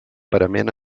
parament